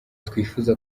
twifuza